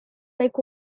like